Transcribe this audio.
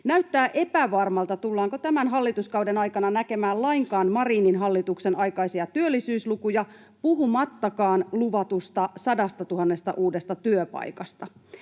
Näyttää epävarmalta, tullaanko tämän hallituskauden aikana näkemään lainkaan Marinin hallituksen aikaisia työllisyyslukuja, puhumattakaan luvatusta 100 000 uudesta työpaikasta.